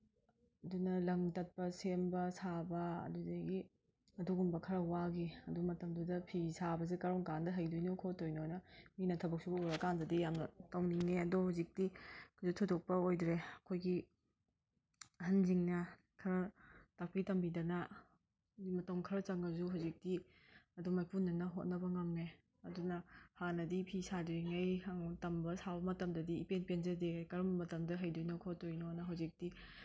ꯑꯗꯨꯅ ꯂꯪ ꯇꯠꯄ ꯁꯦꯝꯕ ꯁꯥꯕ ꯑꯗꯨꯗꯒꯤ ꯑꯗꯨꯒꯨꯝꯕ ꯈꯔ ꯋꯥꯒꯤ ꯑꯗꯨ ꯃꯇꯝꯗꯨꯗ ꯐꯤ ꯁꯥꯕꯁꯦ ꯀꯔꯝ ꯀꯥꯟꯗ ꯍꯩꯗꯣꯏꯅꯣ ꯈꯣꯠꯇꯣꯏꯅꯣꯅ ꯃꯤꯅ ꯊꯕꯛ ꯁꯨꯕ ꯎꯔ ꯀꯥꯟꯗꯗꯤ ꯌꯥꯝꯅ ꯇꯧꯅꯤꯡꯉꯦ ꯑꯗꯨ ꯍꯧꯖꯤꯛꯇꯤ ꯀꯩꯁꯨ ꯊꯣꯏꯗꯣꯛꯄ ꯑꯣꯏꯗ꯭ꯔꯦ ꯑꯩꯈꯣꯏꯒꯤ ꯑꯍꯟꯁꯤꯡꯅ ꯈꯔ ꯇꯥꯛꯄꯤ ꯇꯝꯕꯤꯗꯅ ꯃꯇꯝ ꯈꯔ ꯆꯪꯉꯁꯨ ꯍꯧꯖꯤꯛꯇꯤ ꯑꯗꯨꯝ ꯃꯥꯏꯄꯨꯅꯅ ꯍꯣꯠꯅꯕ ꯉꯝꯃꯦ ꯑꯗꯨꯅ ꯍꯥꯟꯅꯗꯤ ꯐꯤ ꯁꯥꯗ꯭ꯔꯤꯉꯩ ꯇꯝꯃ ꯁꯥꯕ ꯃꯇꯝꯗꯗꯤ ꯏꯄꯦꯟ ꯄꯦꯟꯖꯗꯦ ꯀꯔꯝꯕ ꯃꯇꯝꯗ ꯍꯩꯗꯣꯏꯅꯣ ꯈꯣꯠꯇꯣꯏꯅꯣꯅ ꯍꯧꯖꯤꯛꯇꯤ